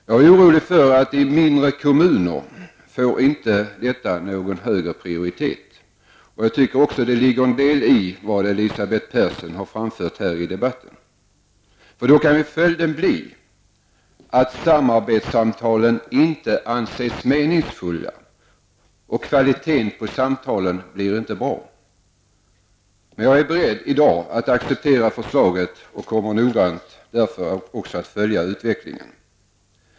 Jag är orolig för att detta i mindre kommuner inte får någon högre prioritet. Jag tycker att det ligger en del i vad Elisabeth Persson på denna punkt framfört i debatten. Följden kan bli att samarbetssamtalen inte anses meningsfulla och att samtalens kvalitet inte blir bra. Men jag är beredd att acceptera förslaget och kommer noggrant att följa utvecklingen.